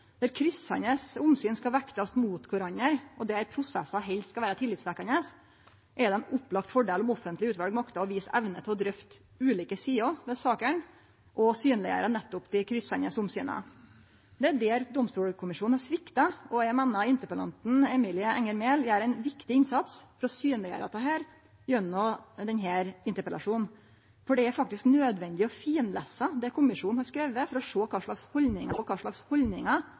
der kryssande omsyn skal vektast mot kvarandre, og der prosessane helst skal vere tillitvekkjande, er det ein opplagt fordel om offentlege utval maktar å vise evne til å drøfte ulike sider ved sakene og synleggjere nettopp dei kryssande omsyna. Det er der Domstolkommisjonen har svikta, og eg meiner interpellanten, Emilie Enger Mehl, gjer ein viktig innsats for å synleggjere dette gjennom denne interpellasjonen. For det er faktisk nødvendig å finlese det kommisjonen har skrive, for å sjå kva slags haldningar som kjem til uttrykk i rapporten. Dommarar reagerer òg sjølve på spekulasjonar kring kva